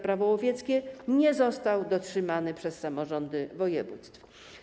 Prawo łowieckie nie został dotrzymany przez samorządy województw.